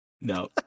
No